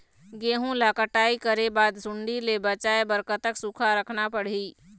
गेहूं ला कटाई करे बाद सुण्डी ले बचाए बर कतक सूखा रखना पड़ही?